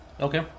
Okay